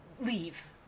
leave